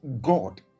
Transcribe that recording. God